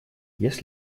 есть